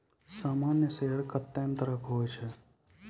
सामान्य शेयर कत्ते ने तरह के हुवै छै